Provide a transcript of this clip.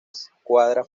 escuadra